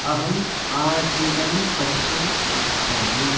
अहम् आजीवनं पठितुम् इच्छामि